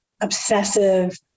obsessive